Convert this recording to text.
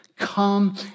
Come